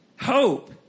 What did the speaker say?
Hope